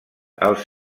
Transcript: els